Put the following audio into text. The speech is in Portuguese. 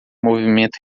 movimento